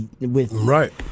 Right